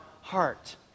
heart